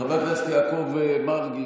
חבר הכנסת יעקב מרגי,